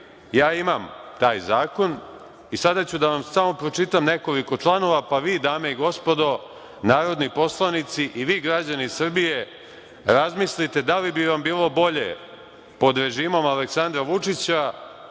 Imam taj zakon i sada ću da vam pročitam nekoliko članova, pa vi dame i gospodo narodni poslanici i vi građani Srbije razmislite da li bi vam bilo bolje pod režimom Aleksandra Vučića,